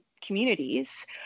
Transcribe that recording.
communities